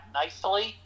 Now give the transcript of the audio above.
nicely